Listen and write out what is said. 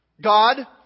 God